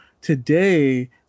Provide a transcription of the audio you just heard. today